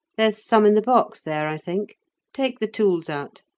there's some in the box there, i think take the tools out.